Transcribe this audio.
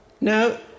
No